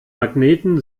magneten